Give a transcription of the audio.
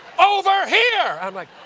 over here. i'm like,